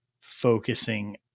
focusing